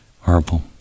horrible